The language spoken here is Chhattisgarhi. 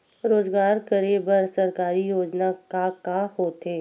रोजगार करे बर सरकारी योजना का का होथे?